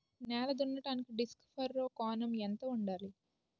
నేల దున్నడానికి disc furrow కోణం ఎంత ఉండాలి?